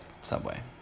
Subway